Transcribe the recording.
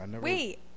Wait